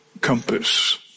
compass